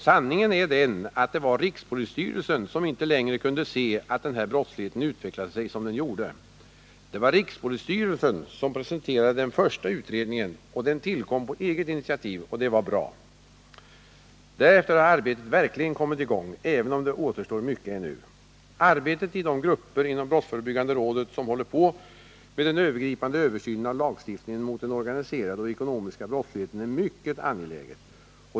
Sanningen är den att det var rikspolisstyrelsen som inte längre kunde se på när denna brottslighet utvecklade sig som den gjorde. Det var rikspolisstyrelsen som presenterade den första utredningen, och den tillkom på eget initiativ, vilket var bra. Därefter har arbetet verkligen kommit i gång, även om det återstår mycket ännu. Arbetet i de grupper inom brottsförebyggande rådet som håller på med den övergripande översynen av lagstiftningen mot den organiserade och ekonomiska brottsligheten är mycket angeläget.